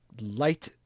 Light